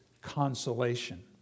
consolation